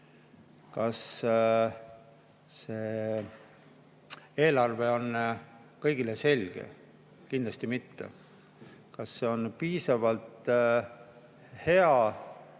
Kas see eelarve on kõigile selge? Kindlasti mitte. Kas see on piisavalt hea,